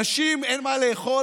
לאנשים אין מה לאכול,